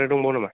आरो दंबावो नामा